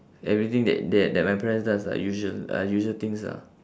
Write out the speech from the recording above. everything that that that my parents does are usual are usual things ah